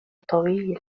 طويل